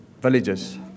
villages